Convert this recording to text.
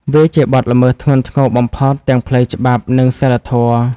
វាជាបទល្មើសធ្ងន់ធ្ងរបំផុតទាំងផ្លូវច្បាប់ និងសីលធម៌។